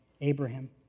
Abraham